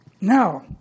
Now